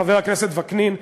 חבר הכנסת וקנין,